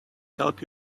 help